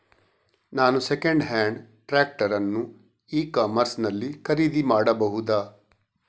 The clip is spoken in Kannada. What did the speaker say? ನಾನು ಸೆಕೆಂಡ್ ಹ್ಯಾಂಡ್ ಟ್ರ್ಯಾಕ್ಟರ್ ಅನ್ನು ಇ ಕಾಮರ್ಸ್ ನಲ್ಲಿ ಖರೀದಿ ಮಾಡಬಹುದಾ?